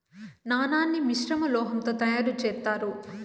నాణాన్ని మిశ్రమ లోహం తో తయారు చేత్తారు